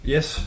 Yes